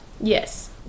Yes